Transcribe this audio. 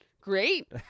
great